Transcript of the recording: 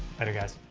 later guys.